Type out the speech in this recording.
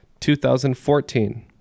2014